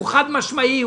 זה חד-משמעי,